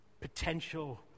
Potential